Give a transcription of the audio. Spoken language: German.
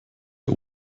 der